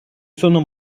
sono